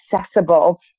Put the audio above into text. accessible